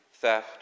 theft